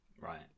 Right